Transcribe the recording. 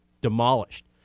demolished